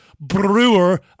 Brewer